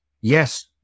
yes